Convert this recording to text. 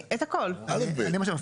כי אי אפשר יהיה אחר כך להוריד גרעינים.